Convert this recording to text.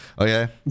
Okay